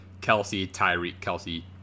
Kelsey-Tyreek-Kelsey